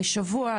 לשבוע,